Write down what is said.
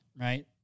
right